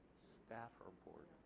staff or